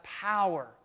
power